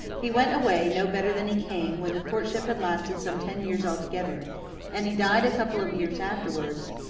he went away, no better than he came, when the courtship had lasted some ten years altogether and he died a couple of years afterwards,